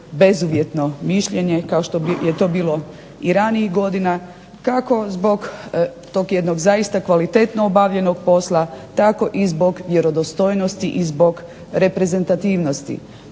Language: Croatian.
bezuvjetno mišljenje kao što je to bilo i ranijih godina kako zbog tog jednog zaista kvalitetno obavljenog posla tako i zbog vjerodostojnosti i zbog reprezentativnosti.